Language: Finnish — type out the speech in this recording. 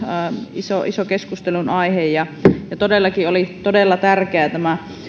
iso iso keskustelunaihe ja ja oli todella tärkeä myös tämä